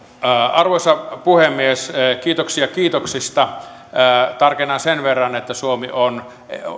arvoisa puhemies kiitoksia kiitoksista tarkennan sen verran että suomi on